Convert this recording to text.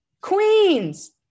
queens